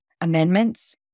amendments